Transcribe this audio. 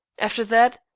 after that,